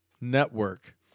Network